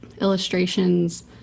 illustrations